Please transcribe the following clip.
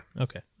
Okay